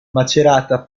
macerata